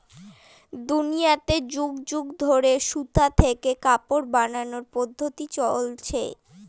দুনিয়াতে যুগ যুগ ধরে সুতা থেকে কাপড় বানানোর পদ্ধপ্তি চলছে